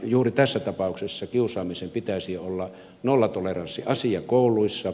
juuri tässä tapauk sessa kiusaamisen pitäisi olla nollatoleranssiasia kouluissa